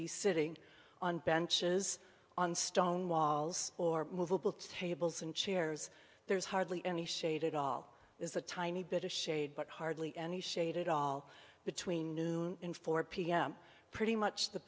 be sitting on benches on stone walls or movable tables and chairs there's hardly any shade at all is a tiny bit of shade but hardly any shade at all between noon and four pm pretty much the